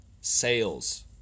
sales